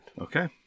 Okay